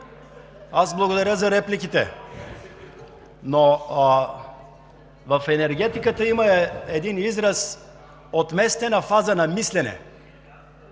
благодаря за репликите. В енергетиката има един израз „отместена фаза на мислене“.